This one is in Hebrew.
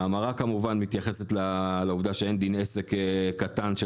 ההמרה כמובן מתייחסת לעובדה שאין דין עסק קטן של